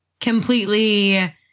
completely